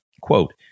quote